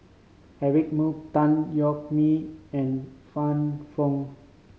Eric Moo Tan Yeok Nee and Fann Fong